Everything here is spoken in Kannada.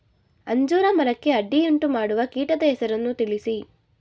ಅಂಜೂರ ಮರಕ್ಕೆ ಅಡ್ಡಿಯುಂಟುಮಾಡುವ ಕೀಟದ ಹೆಸರನ್ನು ತಿಳಿಸಿ?